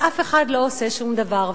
ואף אחד לא עושה שום דבר,